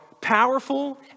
powerful